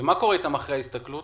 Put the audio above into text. ומה קורה איתם אחרי ההסתכלות?